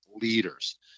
leaders